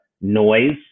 noise